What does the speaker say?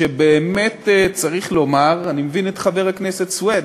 שבאמת, צריך לומר, אני מבין את חבר הכנסת סוייד,